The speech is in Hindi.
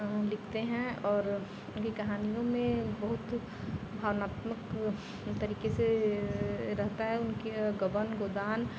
लिखते हैं और इनकी कहानियों में बहुत भावनात्मक तरीके से रहता है उनके गबन गोदान